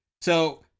So-